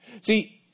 See